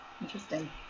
Interesting